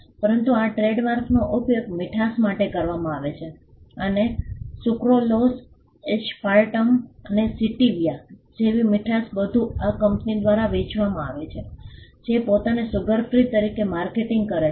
પરંતુ આ ટ્રેડમાર્કનો ઉપયોગ મીઠાશ માટે કરવામાં આવે છે અને સુક્રોલોઝ એસ્પાર્ટમ અને સ્ટીવિયા જેવી મીઠાશ બધું આ કંપની દ્વારા વેચવામાં આવે છે જે પોતાને સુગર ફ્રી તરીકે માર્કેટિંગ કરે છે